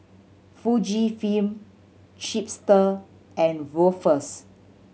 Fujifilm Chipster and Ruffles